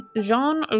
Jean